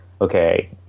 okay